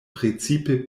precipe